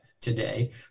today